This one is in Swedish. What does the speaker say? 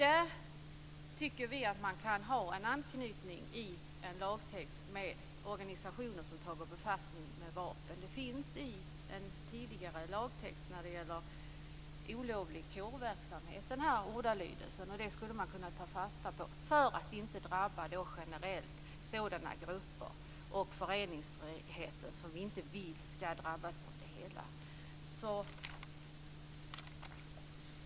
Där tycker vi att man kan ha en anknytning i en lagtext med organisationer som befattar sig med vapen. Den här ordalydelsen finns i en tidigare lagtext när det gäller olovlig kårverksamhet, och det skulle man kunna ta fasta på för att inte generellt drabba sådana grupper, och föreningsfriheten, som vi inte vill skall drabbas av det hela.